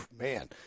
man